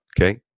okay